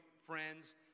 friends